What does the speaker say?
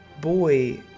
boy